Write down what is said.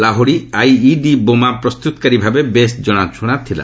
ଲାହୋଡି IED ବୋମା ପ୍ରସ୍ତୁତକାରୀ ଭାବେ ବେଶ୍ ଜଣାଶୁଣା ଥିଲା